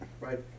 Right